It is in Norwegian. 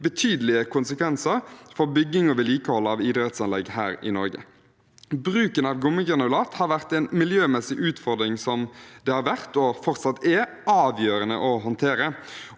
betydelige konsekvenser for bygging og vedlikehold av idrettsanlegg her i Norge. Bruken av gummigranulat har vært en miljømessig utfordring som det har vært, og fortsatt er, avgjørende å håndtere.